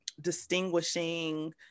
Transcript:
distinguishing